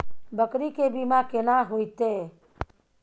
बकरी के बीमा केना होइते?